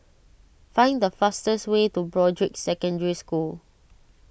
find the fastest way to Broadrick Secondary School